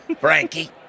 Frankie